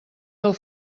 del